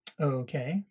Okay